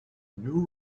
new